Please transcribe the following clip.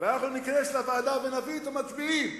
אנחנו ניכנס לוועדה ונביא את המצביעים,